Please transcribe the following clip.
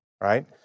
right